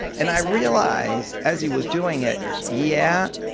and i realized, as he was doing it, yeah,